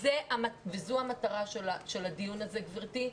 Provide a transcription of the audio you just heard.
זו המטרה של הדיון הזה, גבירתי.